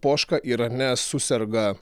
poška irane suserga